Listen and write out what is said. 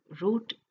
root